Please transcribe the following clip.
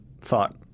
thought